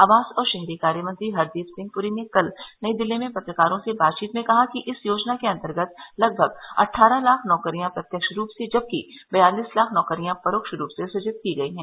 आवास और शहरी कार्य मेंत्री हरदीप सिंह प्री ने कल नई दिल्ली में पत्रकारों से बातचीत में कहा कि इस योजना के अंतर्गत लगभग अट्ठारह लाख नौकरियां प्रत्यक्ष रूप से जबकि बयालिस लाख नौकरियां परोक्ष रूप से सृजित की गई हैं